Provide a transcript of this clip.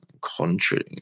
contrary